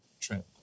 trip